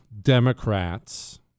Democrats